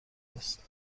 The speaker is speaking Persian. است